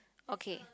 okay